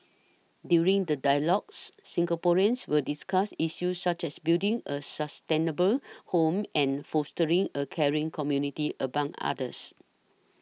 during the dialogues Singaporeans will discuss issues such as building a sustainable home and fostering a caring community among others